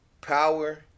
Power